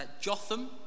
Jotham